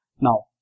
Now